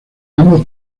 ambos